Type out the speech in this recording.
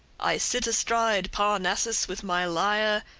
i sit astride parnassus with my lyre,